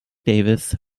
davis